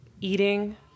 eating